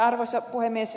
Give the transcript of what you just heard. arvoisa puhemies